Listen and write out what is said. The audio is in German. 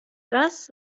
das